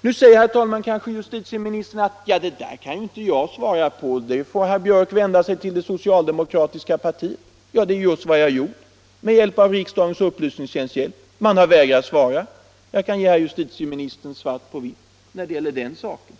Nu säger kanske herr justitieministern: Det där kan inte jag svara på. Det får herr Björck vända sig till det socialdemokratiska partiet för att få reda på. — Det är just vad jag har gjort med hjälp av riksdagens upplysningstjänst. Man har vägrat att svara. Jag kan ge herr justitieministern svart på vitt när det gäller den saken.